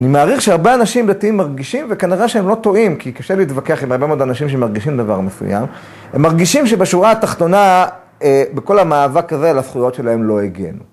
אני מעריך שהרבה אנשים בלתיים מרגישים, וכנראה שהם לא טועים, כי קשה להתווכח עם הרבה מאוד אנשים שמרגישים דבר מסוים, הם מרגישים שבשורה התחתונה, בכל המאבק הזה, הזכויות שלהם לא הגיענו.